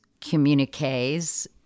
communiques